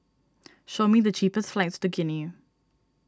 show me the cheapest flights to Guinea